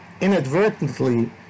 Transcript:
inadvertently